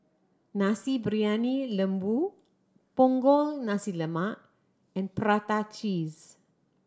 Nasi Briyani Lembu Punggol Nasi Lemak and prata cheese